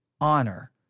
honor